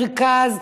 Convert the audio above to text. מרכז,